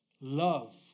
love